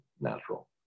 natural